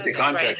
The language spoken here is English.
but contract.